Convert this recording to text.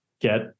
get